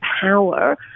power